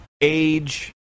age